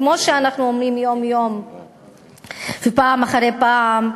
כמו שאנחנו אומרים יום-יום ופעם אחרי פעם,